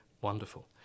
Wonderful